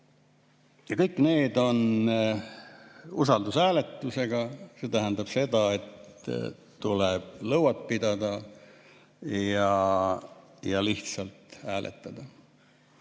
Ja kõik need on usaldushääletusega. See tähendab seda, et tuleb lõuad pidada ja lihtsalt hääletada.